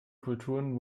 kulturen